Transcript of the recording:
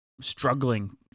struggling